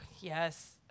yes